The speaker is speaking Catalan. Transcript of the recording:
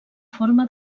forma